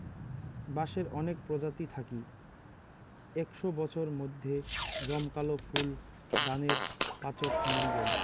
বাঁশের অনেক প্রজাতি থাকি একশও বছর মইধ্যে জমকালো ফুল দানের পাচোত মরি যাই